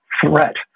threat